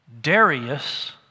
Darius